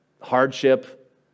Hardship